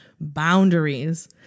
boundaries